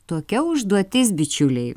tokia užduotis bičiuliai